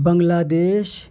بنگلہ دیش